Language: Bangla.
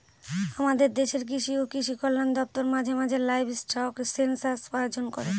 আমাদের দেশের কৃষি ও কৃষি কল্যাণ দপ্তর মাঝে মাঝে লাইভস্টক সেনসাস আয়োজন করে